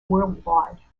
worldwide